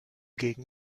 gegen